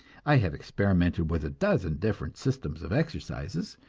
i have experimented with a dozen different systems of exercises,